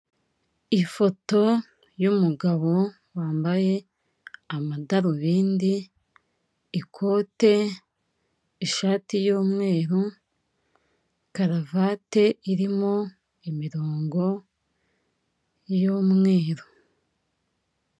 Ifoto y'umugabo wambaye amadarubindi, ikote, ishati y'umweru, karuvati irimo imirongo y'umweru.